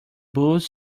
booth